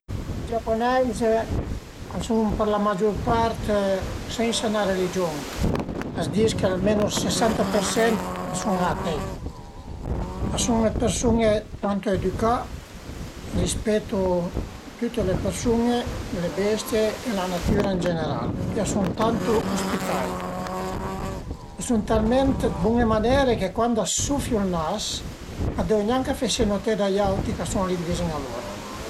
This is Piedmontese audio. Vist che l'uma fait dë travai cun le perlin-e ën 'na mansarda e vist che ël rizultato al e venü bastansa bin a m'piazarìa che pudeisu cumincé ün travai, fe ün travai apunto dë rivestiment, cuindi travai cun le perlin-e, cun le perlin-e dë bosch, fe dë paviment o anche fe dë citi armari